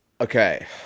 Okay